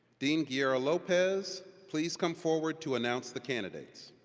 dean guerra-lopez, please come forward to announce the candidates.